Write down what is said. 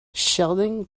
sheldon